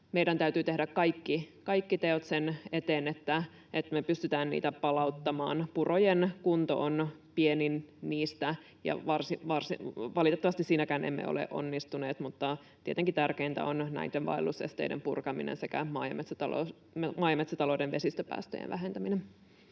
meidän täytyy tehdä kaikki teot sen eteen, että me pystytään niitä palauttamaan. Purojen kunto on pienin niistä ja valitettavasti siinäkään emme ole onnistuneet, mutta tietenkin tärkeintä on näiden vaellusesteiden purkaminen sekä maa- ja metsätalouden vesistöpäästöjen vähentäminen.